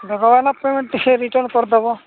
ଦେଖ ଭାଇନା ପେମେଣ୍ଟ୍ ଟିକଏ ରିଟର୍ଣ୍ଣ କରିଦେବ